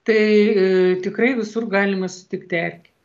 tai a tikrai visur galima sutikti erkę